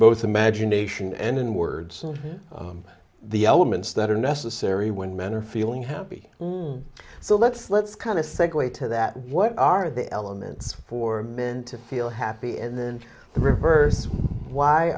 both imagination and in words the elements that are necessary when men are feeling happy so let's let's kind of segue to that what are the elements for men to feel happy and then the reverse why